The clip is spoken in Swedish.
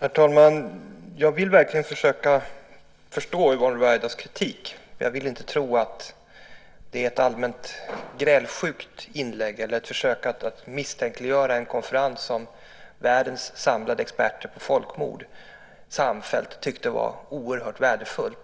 Herr talman! Jag vill verkligen försöka förstå Yvonne Ruwaidas kritik. Jag vill inte tro att det är ett allmänt gnällsjukt inlägg eller ett försök att misstänkliggöra en konferens som världens samlade experter på folkmord samfällt tyckte var oerhört värdefull.